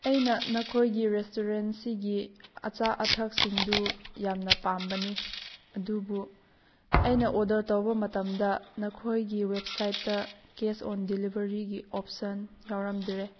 ꯑꯩꯅ ꯅꯈꯣꯏꯒꯤ ꯔꯦꯁꯇꯨꯔꯦꯟꯁꯤꯒꯤ ꯑꯆꯥ ꯑꯊꯛꯁꯤꯡꯗꯨ ꯌꯥꯝꯅ ꯄꯥꯝꯕꯅꯤ ꯑꯗꯨꯕꯨ ꯑꯩꯅ ꯑꯣꯗꯔ ꯇꯧꯕ ꯃꯇꯝꯗ ꯅꯈꯣꯏꯒꯤ ꯋꯦꯞꯁꯥꯏꯠꯇ ꯀꯦꯁ ꯑꯣꯟ ꯗꯦꯂꯤꯕꯔꯤꯒꯤ ꯑꯣꯞꯁꯟ ꯌꯥꯎꯔꯝꯗ꯭ꯔꯦ